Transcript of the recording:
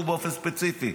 הוא באופן ספציפי.